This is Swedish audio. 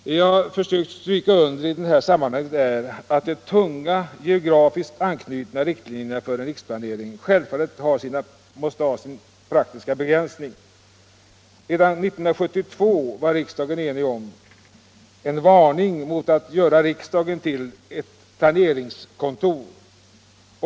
Det jag försöker stryka under i det här sammanhanget är att de tunga geografiskt anknutna riktlinjerna för riksplaneringen självfallet har sin praktiska begränsning. Redan 1972 var riksdagen enig om en varning mot att göra riksdagen till ett planeringskontor.